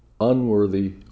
unworthy